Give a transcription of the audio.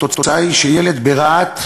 התוצאה היא שילד ברהט,